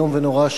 איום ונורא,